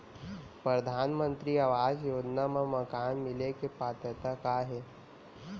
परधानमंतरी आवास योजना मा मकान मिले के पात्रता का हे?